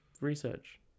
research